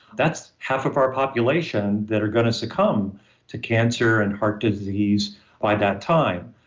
that's half of our population that are going to succumb to cancer and heart disease by that time.